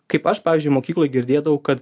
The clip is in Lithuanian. kaip aš pavyzdžiui mokykloj girdėdavau kad